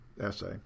essay